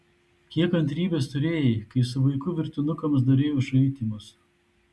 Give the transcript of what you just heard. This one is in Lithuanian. kiek kantrybės turėjai kai su vaiku virtinukams darei užraitymus